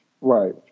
Right